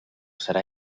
serà